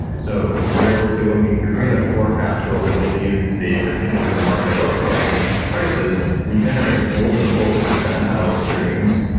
so we're able to when we create a forecast for what we believe the the future of the market looks like in terms of prices, we generate multiple percentile streams.